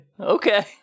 Okay